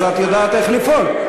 את יודעת איך לפעול.